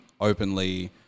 openly